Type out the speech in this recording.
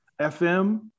FM